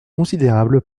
considérables